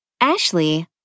Ashley